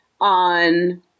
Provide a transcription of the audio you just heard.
on